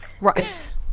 Right